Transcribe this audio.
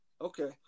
Okay